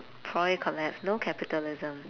probably collapse no capitalism